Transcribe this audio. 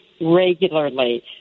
regularly